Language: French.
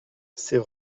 c’est